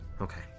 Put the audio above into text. Okay